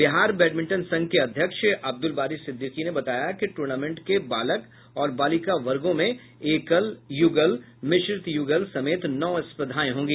Bihar badminton संघ के अध्यक्ष अब्दुल बारी सिद्यिकी ने बताया कि टूर्नामेंट के बालक और बालिका वर्गो में एकल युगल मिश्रित युगल समेत नौ स्पर्धाएं होंगी